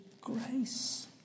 grace